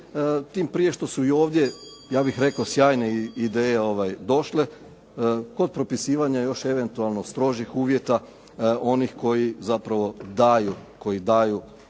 tim prije što su i ovdje ja bih rekao sjajne ideje došle. Kod propisivanja eventualno još strožijih uvjeta oni koji zapravo daju uzdržavanje